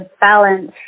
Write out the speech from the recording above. balance